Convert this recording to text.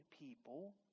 people